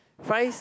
fries